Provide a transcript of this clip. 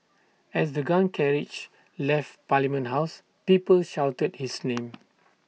as the gun carriage left parliament house people shouted his name